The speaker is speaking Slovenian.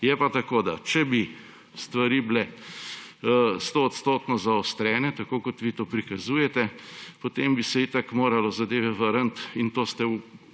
Je pa tako, da če bi stvari bile 100-odstotno zaostrene, tako kot vi to prikazujete, potem bi se itak moralo zadeve vrniti, in to ste v